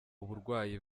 uburwayi